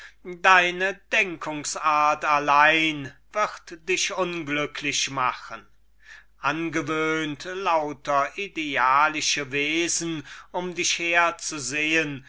deine denkungsart allein wird dich unglücklich machen angewöhnt lauter idealische wesen um dich her